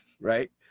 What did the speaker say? Right